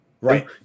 Right